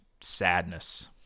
sadness